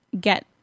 get